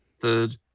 third